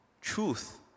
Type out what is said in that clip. truth